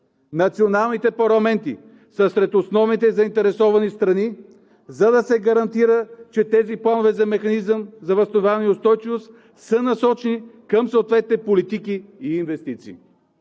Националните парламенти са сред основните заинтересовани страни, за да се гарантира, че тези планове за Механизъм за възстановяване и устойчивост са насочени към съответните политики и инвестиции.“